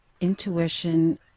intuition